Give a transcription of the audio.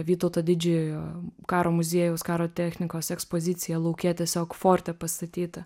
vytauto didžiojo karo muziejaus karo technikos ekspozicija lauke tiesiog forte pastatyta